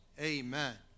Amen